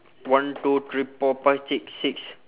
one two three four five six six